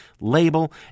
label